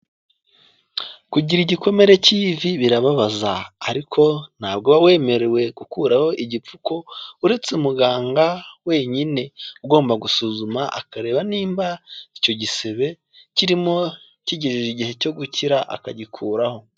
Kugira igikomere cy'ivi birababaza, ariko ntabwo uba wemerewe gukuraho igipfuko, uretse umuganga wenyine ugomba gusuzuma akareba nimba icyo gisebe kirimo kigeje igihe cyo gukira akagikuraho.